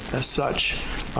as such,